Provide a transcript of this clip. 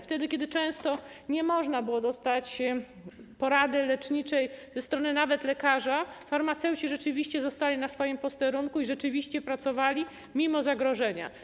Wtedy kiedy często nie można było uzyskać porady leczniczej ze strony nawet lekarza, farmaceuci rzeczywiście zostali na swoim posterunku i rzeczywiście pracowali, mimo zagrożenia.